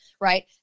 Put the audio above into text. right